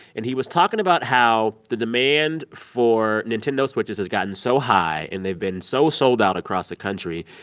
and he was talking about how the demand for nintendo switches has gotten so high and they've been so sold out across the country,